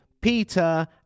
Peter